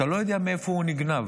אתה לא יודע מאיפה הוא נגנב,